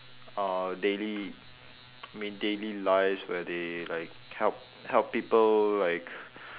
uh daily I mean daily lives where they like help help people like